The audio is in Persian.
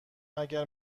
اگر